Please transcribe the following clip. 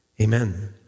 Amen